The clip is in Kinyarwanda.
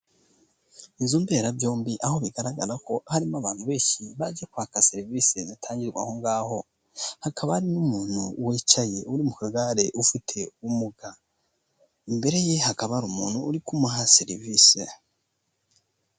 Inzu mberabyombi, aho bigaragara ko harimo abantu benshi bajya kwaka serivise zitangirwa aho ngaho, hakaba hari n'umuntu wicaye, uri mu kagare, ufite ubumuga, imbere ye hakaba hari umuntu uri kumuha serivise.